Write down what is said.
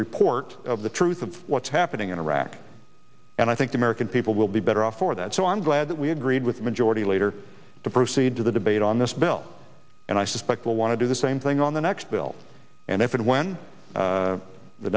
report of the truth of what's happening in iraq and i think the american people will be better off for that so i'm glad that we agreed with majority leader to proceed to the debate on this bill and i suspect we'll want to do the same thing on the next bill and if and when